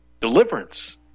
deliverance